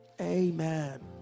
Amen